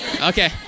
Okay